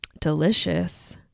Delicious